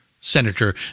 Senator